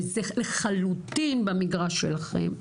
וזה לחלוטין במגרש שלכם,